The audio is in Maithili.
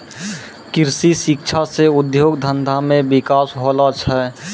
कृषि शिक्षा से उद्योग धंधा मे बिकास होलो छै